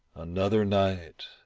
another night,